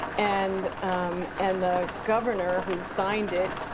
and um and the governor who signed it,